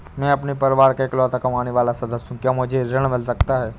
मैं अपने परिवार का इकलौता कमाने वाला सदस्य हूँ क्या मुझे ऋण मिल सकता है?